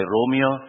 Romeo